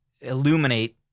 illuminate